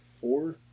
four